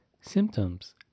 symptoms